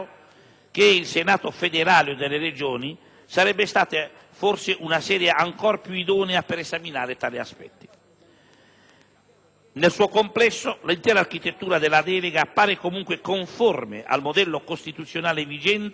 il Senato federale delle Regioni sarebbe stata forse una sede ancor più idonea per esaminare tali aspetti. Nel suo complesso, l'intera architettura della delega appare comunque conforme al modello costituzionale vigente,